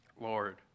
Lord